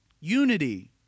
Unity